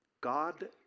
God